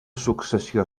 successió